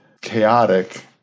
chaotic